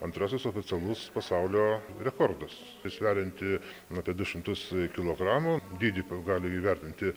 antrasis oficialus pasaulio rekordas tai sverianti nu apie du šimtus kilogramų dydį gali įvertinti